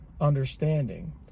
understanding